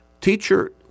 teacher